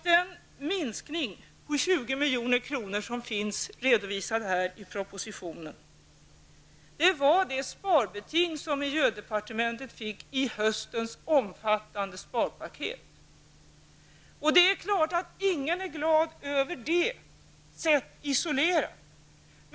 Den minskning på 20 milj.kr. som redovisas i propositionen är det sparbeting som miljödepartement fick i höstens omfattande sparpaket. Ingen är glad över det, sett isolerat.